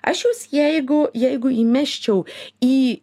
aš jus jeigu jeigu įmesčiau į